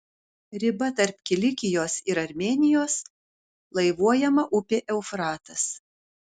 riba tarp kilikijos ir armėnijos laivuojama upė eufratas